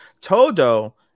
Todo